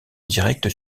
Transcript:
direct